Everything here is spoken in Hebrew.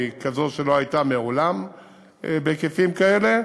היא כזו שלא הייתה מעולם בהיקפים כאלה,